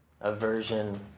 aversion